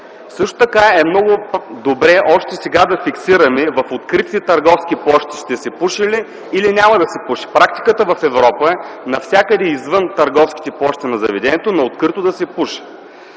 непушачи. Много добре е още сега да фиксираме в откритите търговски площи ще се пуши ли или няма да се пуши? Практиката в Европа е навсякъде извън търговските площи на заведението, на открито, да се пуши.